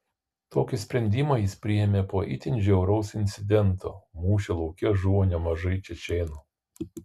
tokį sprendimą jis priėmė po itin žiauraus incidento mūšio lauke žuvo nemažai čečėnų